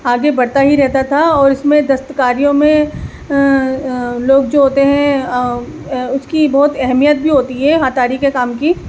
آگے بڑھتا ہی رہتا تھا اور اس میں دستکاریوں میں لوگ جو ہوتے ہیں اس کی بہت اہمیت بھی ہوتی ہے ہاتاڑی کے کام کی